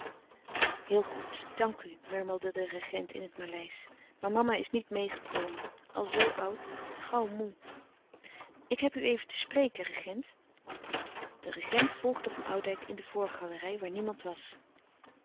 heel goed dank u murmelde de regent in het maleisch maar mama is niet meêgekomen al zoo oud gauw moê ik heb u even te spreken regent de regent volgde van oudijck in de voorgalerij waar niemand was